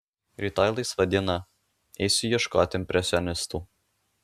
rytoj laisva diena eisiu ieškot impresionistų